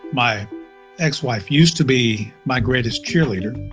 my ex-wife used to be my greatest cheerleader.